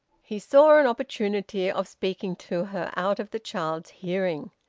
he saw an opportunity of speaking to her out of the child's hearing.